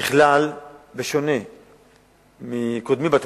ככלל, בשונה מקודמי בתפקיד,